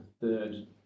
third